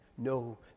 No